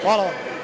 Hvala.